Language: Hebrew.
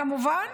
כמובן,